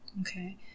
Okay